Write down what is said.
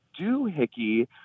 doohickey